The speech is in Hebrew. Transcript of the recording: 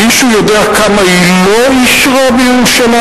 מישהו יודע כמה היא לא אישרה בירושלים?